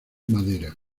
madera